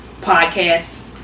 podcast